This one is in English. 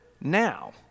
now